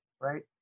right